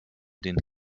den